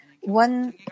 one